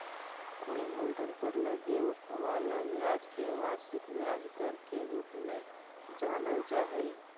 कोई मूलधन पर लगे वाला ब्याज के वार्षिक ब्याज दर के रूप में जानल जा हई